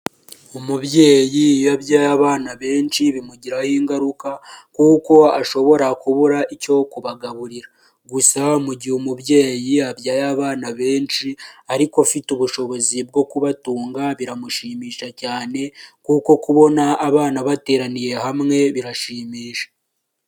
Umubyeyi iyo abyaye abana benshi bimugiraho ingaruka kuko ashobora kubura icyo kubagaburira, gusa mu gihe umubyeyi yabyaye abana benshi ariko afite ubushobozi bwo kubatunga biramushimisha cyane, kuko kubona abana bateraniye hamwe birashimisha.